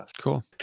cool